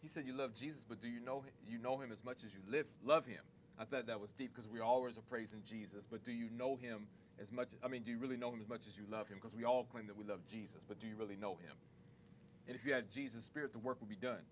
he said you love jesus but do you know you know him as much as you live love him i thought that was deep because we always are praising jesus but do you know him as much i mean do you really know him as much as you love him because we all claim that we love jesus but do you really know him and if you had jesus spirit the work would be done